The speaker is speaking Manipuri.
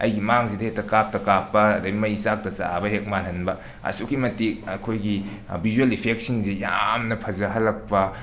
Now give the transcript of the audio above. ꯑꯩꯒꯤ ꯃꯥꯡꯁꯤꯗ ꯍꯦꯛꯇ ꯀꯥꯞꯇ ꯀꯥꯞꯄ ꯃꯩ ꯆꯥꯛꯇ ꯆꯥꯛꯑꯕ ꯍꯦꯛ ꯃꯥꯜꯍꯟꯕ ꯑꯁꯨꯛꯀꯤ ꯃꯇꯤꯛ ꯑꯈꯣꯏꯒꯤ ꯕꯤꯖ꯭ꯌꯦꯜ ꯏꯐꯦꯛꯁꯤꯡꯁꯦ ꯌꯥꯝꯅ ꯐꯖꯍꯜꯂꯛꯄ